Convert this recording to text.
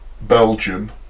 Belgium